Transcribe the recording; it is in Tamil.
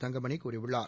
தங்கமணி கூறியுள்ளார்